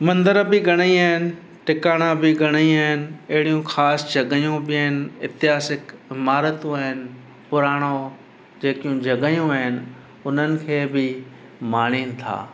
मंदर बि घणेई आहिनि टिकाणा बि घणेई आहिनि अहिड़ियूं ख़ासि जॻहियूं बि आहिनि एतिहासिक इमारतूं आहिनि पुराणो जेकियूं जॻहियूं आहिनि उन्हनि खे बि माणीनि था